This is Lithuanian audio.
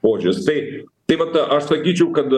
požiūris taip tai va aš sakyčiau kad